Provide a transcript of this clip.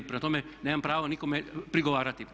Prema tome, nemam pravo nikome prigovarati.